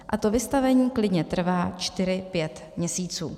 A to vystavení klidně trvá čtyři, pět měsíců.